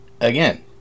again